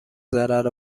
ضرر